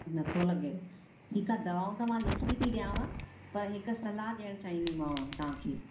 नथो लॻेव ठीकु आहे दवाऊं त मां लिखी थी ॾियाव पर हिकु सलाहु ॾियण चाहिंदीमाव तव्हांखे